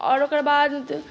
आओर ओकरबाद